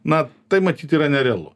na tai matyt yra nerealu